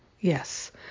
Yes